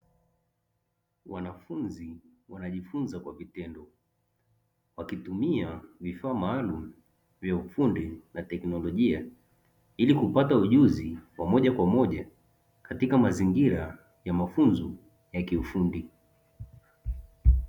Wanafunzi wanajifunza kwa vitendo, wakitumia vifaa maalumu vya ufundi na teknolojia ili kupata ujuzi wa moja kwa moja, katika mazingira ya mafunzo ya kiufundi.